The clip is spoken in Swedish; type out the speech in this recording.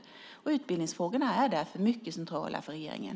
Utbildningsfrågorna är därför mycket centrala för regeringen.